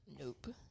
Nope